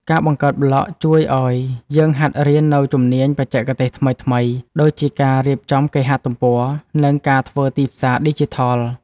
ការបង្កើតប្លក់ជួយឱ្យយើងហាត់រៀននូវជំនាញបច្ចេកទេសថ្មីៗ ដូចជាការរៀបចំគេហទំព័រ និងការធ្វើទីផ្សារឌីជីថល។